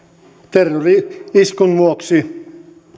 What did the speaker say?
terrori iskun vuoksi